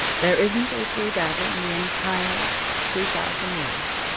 there isn't a three-bagger in the entire three thousand words,